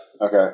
Okay